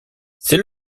c’est